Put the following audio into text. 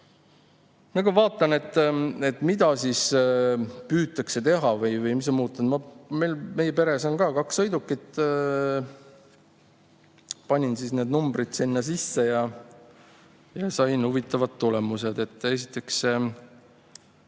Vaatasin, mida püütakse teha või mis on muutunud. Meie peres on ka kaks sõidukit. Panin siis need numbrid sinna sisse ja sain huvitavad tulemused. Esiteks,